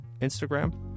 Instagram